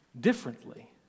differently